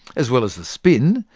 as well as the spin,